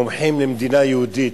המומחים למדינה יהודית,